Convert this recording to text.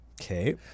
Okay